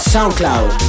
SoundCloud